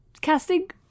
casting